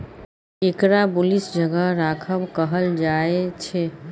एकरा बुलिश जगह राखब कहल जायछे